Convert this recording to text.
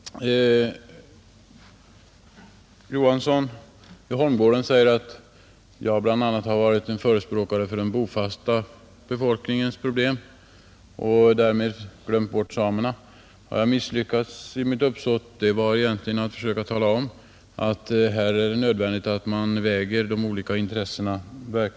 Herr talman! Herr Johansson i Holmgården säger att jag varit förespråkare för den bofasta befolkningen och därmed glömt samerna. Jag har tydligen misslyckats i mitt uppsåt som egentligen var att försöka tala om att det är nödvändigt att seriöst sammanväga de olika intressena.